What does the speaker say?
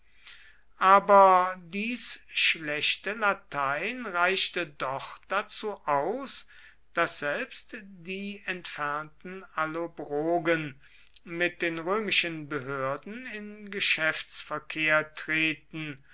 aber dies schlechte latein reichte doch dazu aus daß selbst die entfernten allobrogen mit den römischen behörden in geschäftsverkehr treten